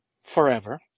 forever